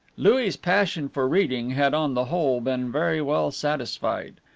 louis' passion for reading had on the whole been very well satisfied.